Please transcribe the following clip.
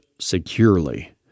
securely